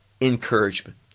encouragement